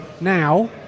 now